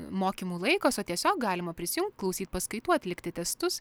mokymų laikas o tiesiog galima prisijungt klausyt paskaitų atlikti testus